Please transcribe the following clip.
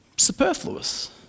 superfluous